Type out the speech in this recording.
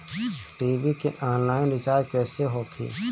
TV के online recharge कैसे होखी?